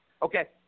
Okay